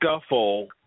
scuffle